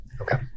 okay